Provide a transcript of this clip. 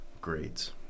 grades